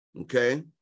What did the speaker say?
okay